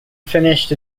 finished